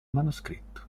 manoscritto